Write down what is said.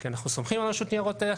כי אנחנו סומכים על הרשות לניירות ערך,